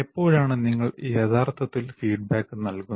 എപ്പോഴാണ് നിങ്ങൾ യഥാർത്ഥത്തിൽ ഫീഡ്ബാക്ക് നൽകുന്നത്